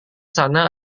sana